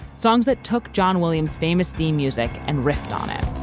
songs that took john williams famous theme music and riffed on it